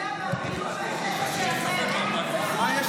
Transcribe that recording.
--- השנאת חינם, הפילוג והשסע שלכם.